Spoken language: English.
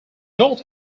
north